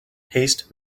haste